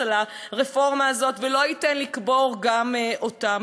על הרפורמה הזאת ולא ייתן לקבור גם אותה,